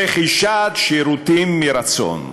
רכישת שירותים מרצון.